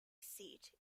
seat